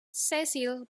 cecil